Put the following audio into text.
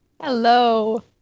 Hello